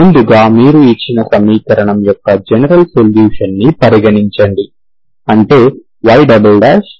ముందుగా మీరు ఇచ్చిన సమీకరణం యొక్క జనరల్ సొల్యూషన్ ని పరిగణించండి అంటే y 2yλy0